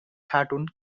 cartoon